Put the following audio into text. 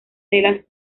telas